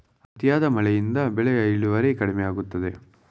ಅತಿಯಾದ ಮಳೆಯಿಂದ ಬೆಳೆಯ ಇಳುವರಿ ಕಡಿಮೆಯಾಗುತ್ತದೆ